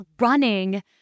running